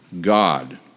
God